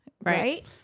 right